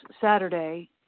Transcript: Saturday